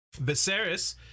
Viserys